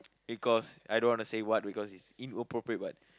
because I don't want to say what because is inappropriate but